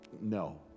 No